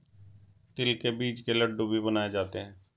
तिल के बीज के लड्डू भी बनाए जाते हैं